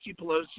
Pelosi